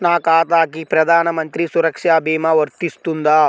నా ఖాతాకి ప్రధాన మంత్రి సురక్ష భీమా వర్తిస్తుందా?